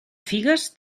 figues